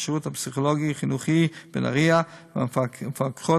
השירות הפסיכולוגי-חינוכי בנהריה והמפקחות